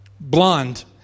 blonde